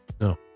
No